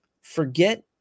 forget